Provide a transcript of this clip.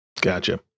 Gotcha